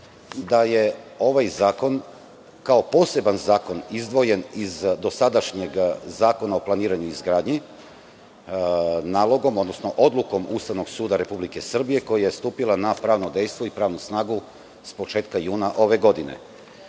da je ovaj zakon kao poseban zakon izdvojen iz dosadašnjeg Zakona o planiranju i izgradnji nalogom, odnosno odlukom Ustavnog suda RS, koja je stupila na pravno dejstvo i pravnu snagu početkom juna ove godine.